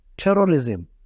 terrorism